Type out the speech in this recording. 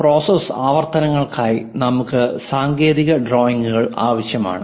അതിനായി പ്രോസസ്സ് ആവർത്തനങ്ങൾക്കായി നമുക്ക് സാങ്കേതിക ഡ്രോയിംഗുകൾ ആവശ്യമാണ്